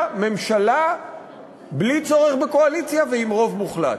ממשלה בלי צורך בקואליציה ועם רוב מוחלט.